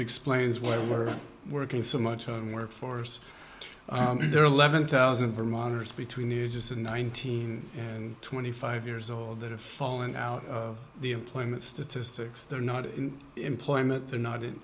explains why we're working so much on workforce their eleven thousand vermonters between the ages of nineteen and twenty five years old that have fallen out of the employment statistics they're not in employment they're not in